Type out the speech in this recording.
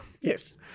Yes